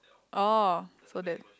oh so that